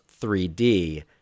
3D